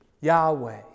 Yahweh